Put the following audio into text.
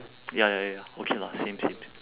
ya ya ya okay lah same same